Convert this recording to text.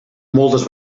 moltes